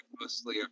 mostly